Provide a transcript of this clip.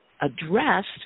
addressed